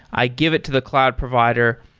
i give it to the cloud provider.